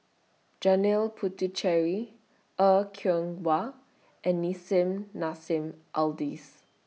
Janil Puthucheary Er Kwong Wah and Nissim Nassim Adis